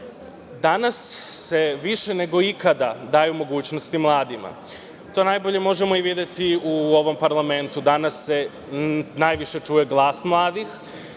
se više nego ikada daje mogućnosti mladima. To najbolje možemo videti u ovom parlamentu, danas se najviše čuje glas mladih,